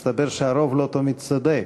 הגיע הזמן לחוקק חוק שאדם שמחזיק מכשיר,